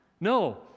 No